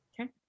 okay